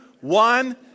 one